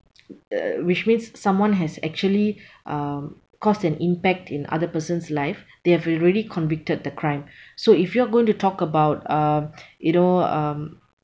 uh which means someone has actually uh caused an impact in other person's life they have already convicted the crime so if you are going to talk about uh you know um